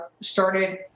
started